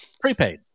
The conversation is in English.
Prepaid